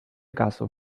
caso